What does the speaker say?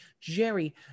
Jerry